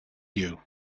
you